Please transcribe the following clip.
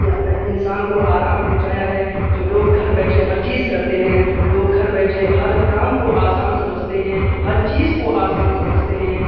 یا انسان کو آرام پہنچایا ہے جو لوگ گھر بیٹھے ہر چیز کرتے ہیں لوگ گھر بیٹھے ہر کام کو آسان سمجھتے ہیں ہر چیز کو آسان سمجھتے ہیں